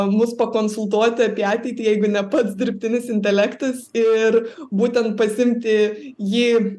mus pakonsultuoti apie ateitį jeigu ne pats dirbtinis intelektas ir būtent pasiimti jį